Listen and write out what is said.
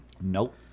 Nope